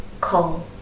coal